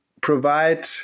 provide